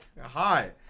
Hi